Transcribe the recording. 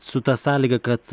su ta sąlyga kad